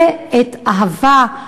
ואת "אהבה",